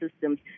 systems